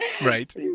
Right